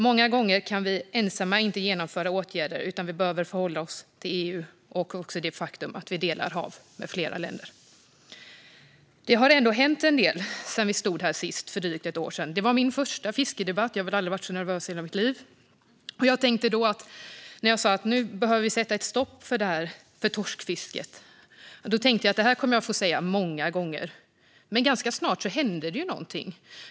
Många gånger kan vi ensamma inte genomföra åtgärder, utan vi behöver förhålla oss till EU och till det faktum att vi delar hav med flera länder. Det har ändå hänt en hel del sedan vi stod här sist för drygt ett år sedan. Det var min första fiskedebatt, och jag har väl aldrig varit så nervös i hela mitt liv. Jag sa att vi behöver stoppa torskfisket, och jag tänkte att detta kommer jag att få säga många gånger. Men ganska snart hände något.